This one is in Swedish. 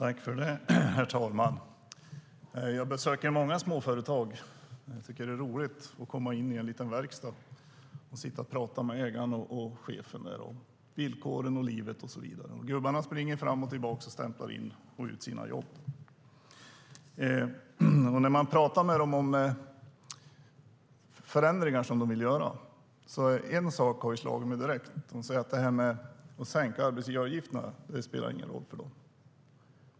Herr talman! Jag besöker många småföretag. Jag tycker att det är roligt att komma in i en liten verkstad och sitta och prata med ägaren och chefen om villkoren och livet, medan gubbarna springer fram och tillbaka och stämplar in och ut sina jobb. När man pratar med dem om förändringar som de vill göra har en sak slagit mig direkt. De säger att detta med att sänka arbetsgivaravgifterna inte spelar någon roll för dem.